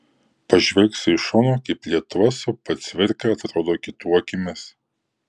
pažvelgsiu iš šono kaip lietuva su p cvirka atrodo kitų akimis